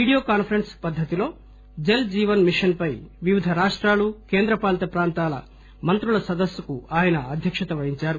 video conference పద్దతిలో Jal Jeevan mission పై వివిధ రాష్టాలు కేంద్ర పాలిత ప్రాంతాల మంత్రుల సదస్సుకు ఆయన అధ్యక్షత వహించారు